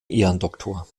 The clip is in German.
ehrendoktor